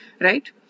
right